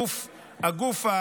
הגוף,